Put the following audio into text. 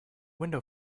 window